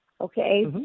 Okay